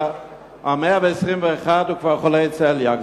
ה-121 הוא כבר חולה צליאק,